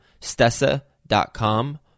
stessa.com